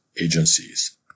agencies